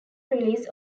release